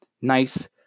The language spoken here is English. nice